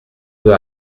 deux